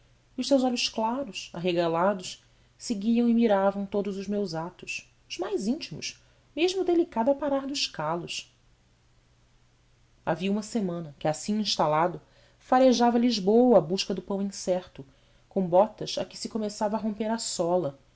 os seus olhos claros arregalados seguiam e miravam todos os meus atos os mais ínfimos mesmo o delicado aparar dos calos havia uma semana que assim instalado farejava lisboa à busca do pão incerto com botas a que se começava a romper a sola